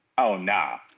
oh no,